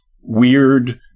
weird